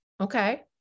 Okay